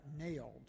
nailed